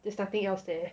there's nothing else there